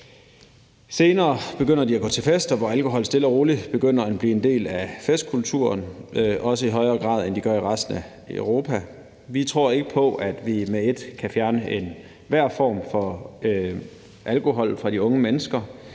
Senere begynder de at gå til fester, hvor alkohol stille og roligt begynder at blive en del af festkulturen, også i højere grad end de gør i resten af Europa. Vi tror ikke på, at vi med et kan fjerne enhver form for alkohol fra de unge mennesker,